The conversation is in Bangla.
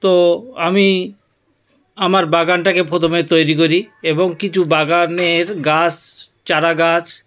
তো আমি আমার বাগানটাকে প্রথমে তৈরি করি এবং কিছু বাগানের গাছ চারাগাছ